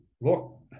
Look